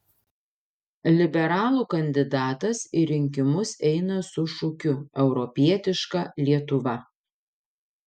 liberalų kandidatas į rinkimus eina su šūkiu europietiška lietuva